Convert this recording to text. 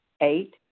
Eight